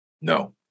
No